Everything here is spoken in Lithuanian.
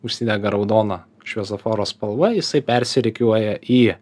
užsidega raudona šviesoforo spalva jisai persirikiuoja į